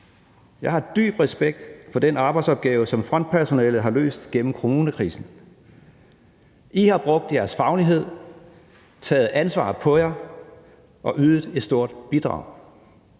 Jeg har dyb respekt for den arbejdsopgave, som frontpersonalet har løst igennem coronakrisen. I har brugt jeres faglighed, taget ansvaret på jer og ydet et stort bidrag,